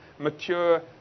Mature